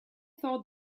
thought